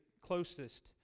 closest